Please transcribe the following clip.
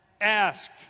ask